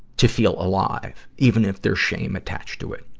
to feel alive, even if there's shame attached to it.